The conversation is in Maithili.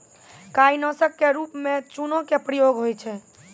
काई नासक क रूप म चूना के प्रयोग होय छै